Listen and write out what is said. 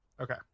Okay